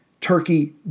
Turkey